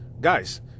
Guys